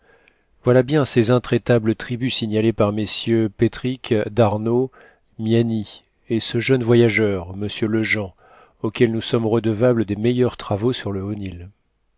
voilà bien ces intraitables tribus signalées par mm petherick d'arnaud miani et ce jeune voyageur m lejean auquel nous sommes redevables des meilleurs travaux sur le haut